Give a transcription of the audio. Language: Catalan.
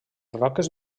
roques